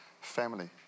family